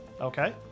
Okay